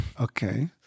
okay